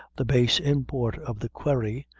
the base import of the query,